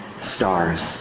stars